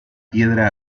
piedra